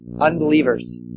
unbelievers